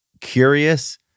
curious